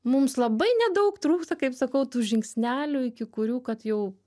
mums labai nedaug trūksta kaip sakau tų žingsnelių iki kurių kad jau